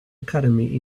academy